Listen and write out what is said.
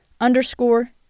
underscore